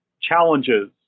challenges